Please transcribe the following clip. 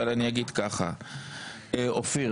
משטרת ישראל לא מצליחה לנהוג בשוויון כלפי אוכלוסיות מוחלשות.